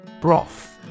Broth